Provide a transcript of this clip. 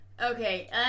Okay